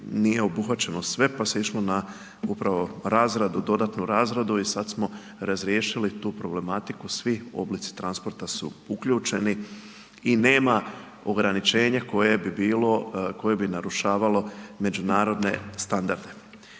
nije obuhvaćeno sve, pa se išlo na upravo na razradu, dodatnu razradu i sad smo razriješili tu problematiku, svi oblici transporta su uključeni i nema ograničenje koje bi bilo, koje bi narušavalo međunarodne standarde.